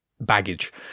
baggage